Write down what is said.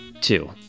Two